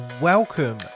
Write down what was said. welcome